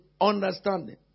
understanding